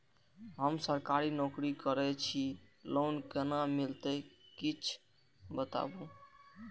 हम सरकारी नौकरी करै छी लोन केना मिलते कीछ बताबु?